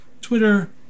twitter